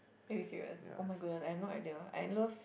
are you serious oh my goodness I have no idea I love